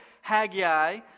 Haggai